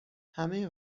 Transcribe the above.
همه